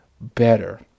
better